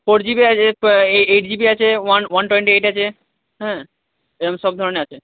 four G B আছে eight G B আছে one one twenty eight আছে হ্যাঁ একরম সব ধরনের আছে